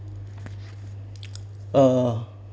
uh